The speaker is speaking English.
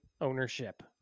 ownership